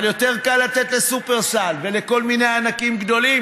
אבל יותר קל לתת לשופרסל ולכל מיני ענקים גדולים,